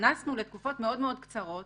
והתכנסנו לתקופות קצרות